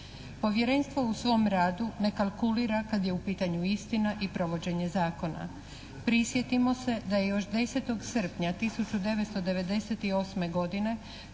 Povjerenstvo u svom radu ne kalkulira kad je u pitanju istina i provođenje zakona. Prisjetimo se da je još 10. srpnja 1998. godine